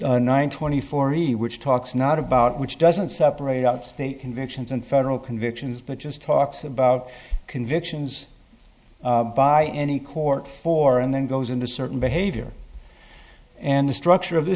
and forty which talks not about which doesn't separate out state conventions and federal convictions but just talks about convictions by any court for and then goes into certain behavior and the structure of th